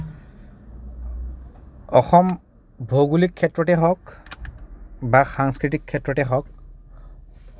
অসম ভৌগোলিক ক্ষেত্ৰতে হওক বা সাংস্কৃতিক ক্ষেত্ৰতে হওক